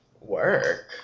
work